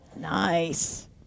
Nice